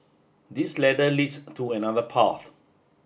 this ladder leads to another path